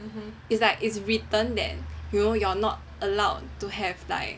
it's like it's written there you you're not allowed to have like